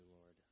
Lord